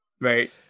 right